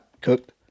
cooked